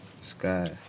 Sky